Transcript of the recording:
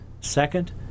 Second